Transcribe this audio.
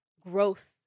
growth